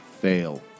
Fail